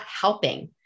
helping